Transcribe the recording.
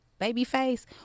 babyface